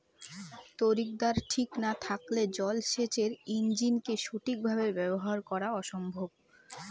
তড়িৎদ্বার ঠিক না থাকলে জল সেচের ইণ্জিনকে সঠিক ভাবে ব্যবহার করা অসম্ভব